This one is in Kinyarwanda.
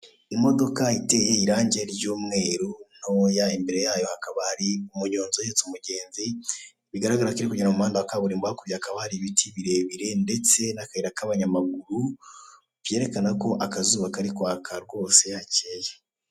Imodoka iteye irangi ry'umweru ntoya, imbere yayo hakaba hari umunyonzi uhetse umugenzi, bigaragara ko iri kugenda mu muhanda wa kaburimbo, hakurya hakaba hari ibiti birebire ndetse n'akayira k'abanyamaguru, byerekano ko akazuba kari kwaka rwose hakeye.